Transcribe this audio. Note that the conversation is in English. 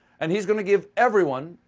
and he's going to give everyone.